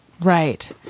Right